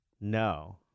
No